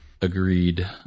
agreed